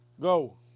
Go